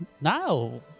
no